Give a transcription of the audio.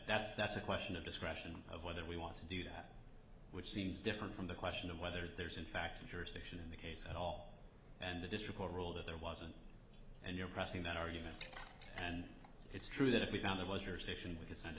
that's that's a question of discretion of whether we want to do that which seems different from the question of whether there's in fact jurisdiction in the case at all and the district court ruled that there wasn't and you're pressing that argument and it's true that if we found th